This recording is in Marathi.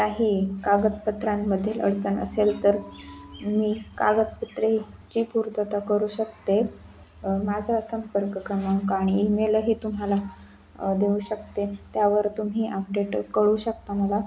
काही कागदपत्रांमधील अडचण असेल तर मी कागदपत्रेची पूर्तता करू शकते माझा संपर्क क्रमांक आणि ईमेलही तुम्हाला देऊ शकते त्यावर तुम्ही अपडेट कळवू शकता मला